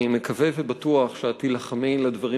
אני מקווה ובטוח שאת תילחמי על הדברים